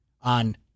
on